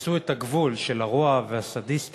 חצו את הגבול של הרוע והסדיסטיות.